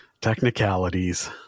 technicalities